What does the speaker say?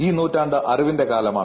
ഈ നൂറ്റാണ്ട് അറിവിന്റെ കാലമാണ്